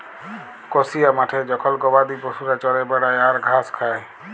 কসিয়া মাঠে জখল গবাদি পশুরা চরে বেড়ায় আর ঘাস খায়